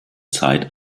zeit